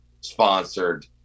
sponsored